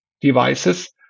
devices